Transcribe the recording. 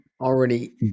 already